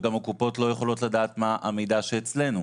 וגם הקופות לא יכולות לדעת מה המידע שאצלנו.